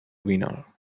winner